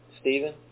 Stephen